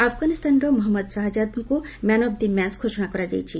ଆଫ୍ଗାନିସ୍ତାନର ମହଞ୍ମଦ ସାହାଜାଦ୍ଙ୍କୁ man of the match ଘୋଷଣା କରାଯାଇଛି